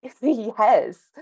Yes